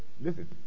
Listen